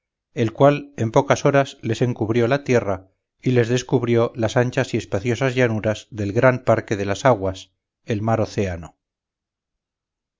el cual en pocas horas les encubrió la tierra y les descubrió las anchas y espaciosas llanuras del gran padre de las aguas el mar océano